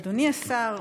אדוני השר,